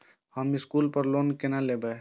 हम स्कूल पर लोन केना लैब?